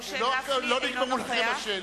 אתה רוצה שניתן לך תשובה?